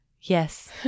Yes